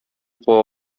куа